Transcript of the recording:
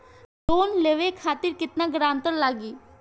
Loan लेवे खातिर केतना ग्रानटर लागी?